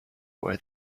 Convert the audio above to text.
where